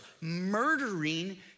murdering